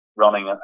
running